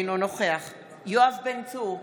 אינו נוכח יואב בן צור,